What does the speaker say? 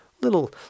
little